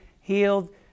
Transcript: healed